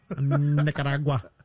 Nicaragua